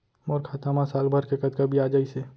मोर खाता मा साल भर के कतका बियाज अइसे?